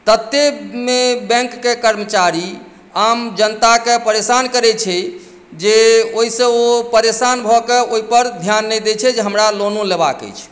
ततेक ने बैंकके कर्मचारी आम जनताकेँ परेशान करैत छै जे ओहिसँ ओ परेशान भऽ कऽ ओहिपर ध्यान नहि दैत छै जे हमरा लोनो लेबाक अछि